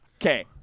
Okay